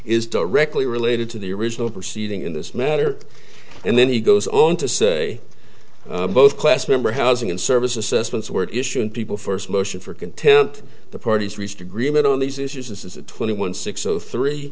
directly related to the original proceeding in this matter and then he goes on to say both class member housing and service assessments were issuing people first motion for contempt the parties reached agreement on these issues and as a twenty one six zero three